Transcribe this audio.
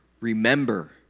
remember